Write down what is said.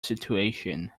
situation